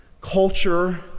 Culture